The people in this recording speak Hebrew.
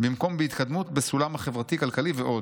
במקום בהתקדמות בסולם החברתי-כלכלי, ועוד.